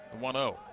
1-0